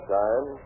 time